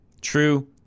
True